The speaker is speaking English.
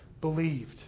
believed